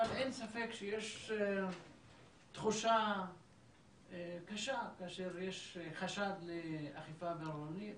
אבל אין ספק שיש תחושה קשה כאשר יש חשד לאכיפה בררנית.